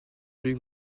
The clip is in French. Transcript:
luc